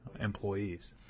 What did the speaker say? employees